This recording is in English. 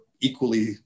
equally